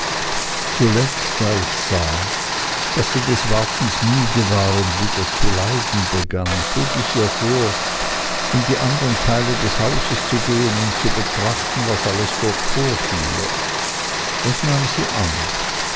zuletzt da ich sah daß sie des wartens müde war und wieder zu leiden begann schlug ich ihr vor in die anderen teile des hauses zu gehen und zu betrachten was alles dort vorfiele das nahm sie an